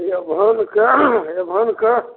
एभनके एभनके